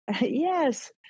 yes